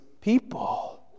people